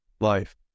life